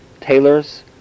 Tailors